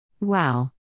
Wow